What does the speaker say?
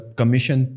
commission